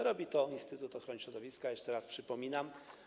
Robi to Instytut Ochrony Środowiska, jeszcze raz przypominam.